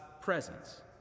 presence